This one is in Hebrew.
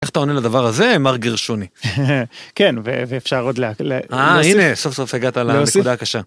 איך אתה עונה לדבר הזה, מר גרשוני? כן, ואפשר עוד לה... אה, הנה, סוף סוף הגעת לנקודה הקשה.